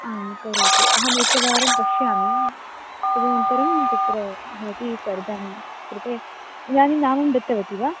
आम् करोतु अहम् एकवारं पश्यामि तदनन्तरं तत्र भवति सर्गं कृते इदानीं नामं दत्तवती वा